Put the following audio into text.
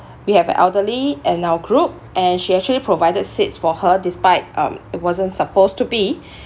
we have an elderly in our group and she actually provided seats for her despite um it wasn't supposed to be